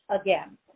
again